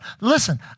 Listen